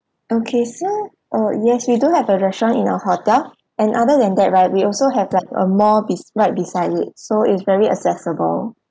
okay so uh yes we do have a restaurant in our hotel and other than that right we also have like a mall bes~ right beside it so it's very accessible